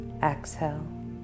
Exhale